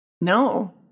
No